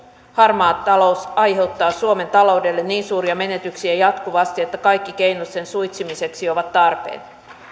harmaa talous aiheuttaa suomen taloudelle niin suuria menetyksiä jatkuvasti että kaikki keinot sen suitsimiseksi ovat tarpeen